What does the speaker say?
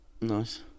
nice